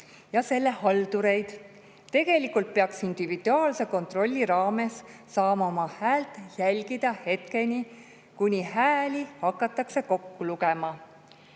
ja selle haldureid. Tegelikult peaks individuaalse kontrolli raames saama oma häält jälgida hetkeni, kuni hääli hakatakse kokku lugema.